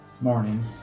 Morning